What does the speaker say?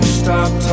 stop